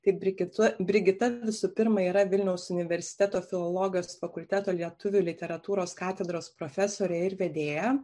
taip brigita brigita visų pirma yra vilniaus universiteto filologijos fakulteto lietuvių literatūros katedros profesorė ir vedėja